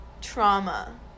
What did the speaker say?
trauma